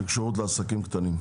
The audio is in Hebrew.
שקשורות לעסקים קטנים?